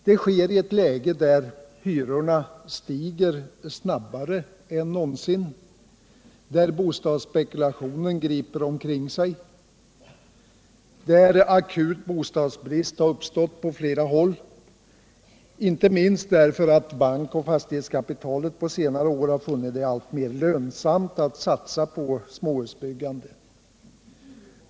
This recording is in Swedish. Detta sker i ett läge då hyrorna stiger snabbare än någonsin, då bostadsspekulationen griper omkring sig, då akut bostadsbrist uppstått på flera håll, inte minst därför att bank och fastighetskapitalet på senare år funnit det alltmer lönsamt att satsa på småhusbyggande.